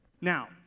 Now